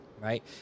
Right